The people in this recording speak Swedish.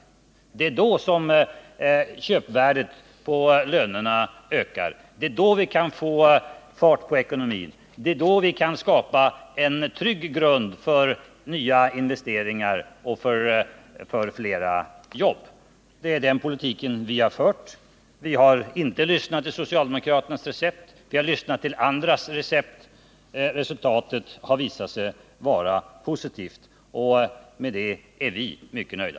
Det är då som köpvärdet hos lönerna ökar. Det är då vi kan få fart på ekonomin. Det är då vi kan skapa en trygg grund för nya investeringar och för fler jobb. Det är den politiken vi har fört. Vi har inte lyssnat till socialdemokraternas recept. Vi har lyssnat till andras recept. Resultatet har visat sig vara positivt, och med det är vi mycket nöjda.